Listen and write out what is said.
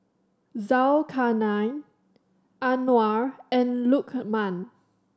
Zulkarnain Anuar and Lukman